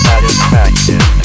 Satisfaction